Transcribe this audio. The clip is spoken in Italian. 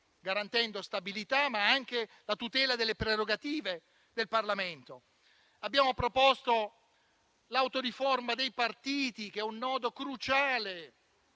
garantendo stabilità, ma anche la tutela delle prerogative del Parlamento. Abbiamo proposto l'autoriforma dei partiti, che è un nodo cruciale